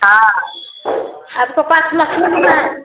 हाँ हमको पाँच